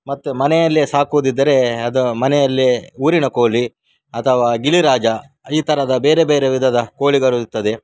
ಮತ್ತೆ ಮನೆಯಲ್ಲೇ ಸಾಕುವುದಿದ್ದರೆ ಅದು ಮನೆಯಲ್ಲೆ ಊರಿನ ಕೋಳಿ ಅಥವಾ ಗಿರಿರಾಜ ಈ ಥರದ ಬೇರೆ ಬೇರೆ ವಿಧದ ಕೋಳಿಗಳು ಇರುತ್ತದೆ